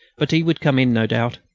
but he would come in, no doubt.